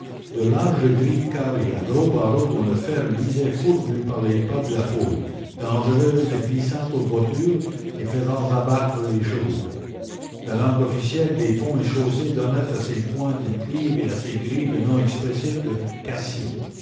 de larges grilles carrées à gros barreaux dont le fer luisait fourbu par les pas de la foule dangereuses et glissantes aux voitures et faisant abattre les chevaux la langue officielle des ponts et chaussées donnait à ces points déclives et à ces grilles le nom expressif de cassis